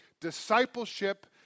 discipleship